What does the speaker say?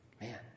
Man